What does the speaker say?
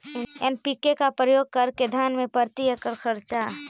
NPK का प्रयोग करे मे धान मे प्रती एकड़ खर्चा?